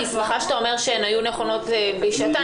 אני שמחה שאתה אומר שהן היו נכונות לשעתן,